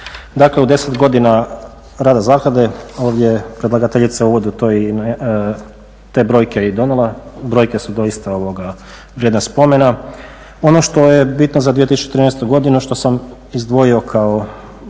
Dakle u 10 godina rada zaklade ovdje je predlagateljica u uvodu te brojke i donijela, brojke su doista vrijedne spomena. Ono što je bitno za 2013. godinu, što sam izdvojio kao